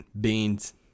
beans